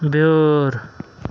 بیٲر